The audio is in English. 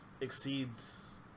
exceeds